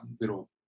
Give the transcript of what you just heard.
little